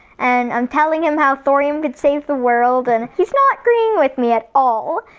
and i'm telling him how thorium can save the world and he's not agreeing with me at all.